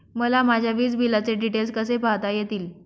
मला माझ्या वीजबिलाचे डिटेल्स कसे पाहता येतील?